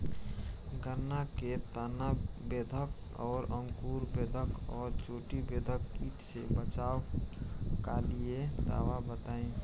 गन्ना में तना बेधक और अंकुर बेधक और चोटी बेधक कीट से बचाव कालिए दवा बताई?